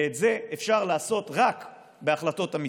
ואת זה אפשר לעשות רק בהחלטות אמיצות.